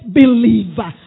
believer